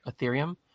ethereum